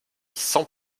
sans